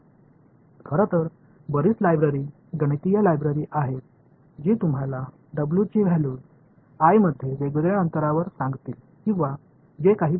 खरं तर बरीच लायब्ररी गणितीय लायब्ररी आहेत जी तुम्हाला w ची व्हॅल्यूज i म्हणजे वेगवेगळ्या अंतरावर सांगतील किंवा जे काही बरोबर आहे